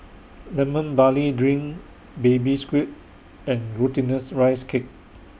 Lemon Barley Drink Baby Squid and Glutinous Rice Cake